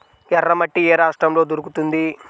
ఎర్రమట్టి ఏ రాష్ట్రంలో దొరుకుతుంది?